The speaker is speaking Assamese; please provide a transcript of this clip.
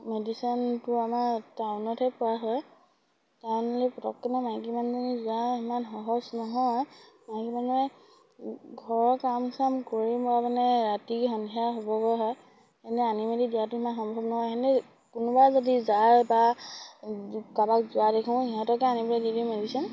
মেডিচাইনটো আমাৰ টাউনতহে পোৱা হয় টাউনলৈ পটকেনে মাইকী মানুহজনী যোৱা ইমান সহজ নহয় মাইকী মানুহে ঘৰৰ কাম চাম কৰি মই মানে ৰাতি সন্ধিয়া হ'বগৈ হয় এনেই আনি মেলি দিয়াতো ইমান সম্ভৱ নহয় সেনেকৈ কোনোবা যদি যায় বা কাৰোবাক যোৱা দেখোঁ সিহঁতকে আনি পেলাই দি দিম মেডিচিন